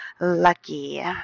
lucky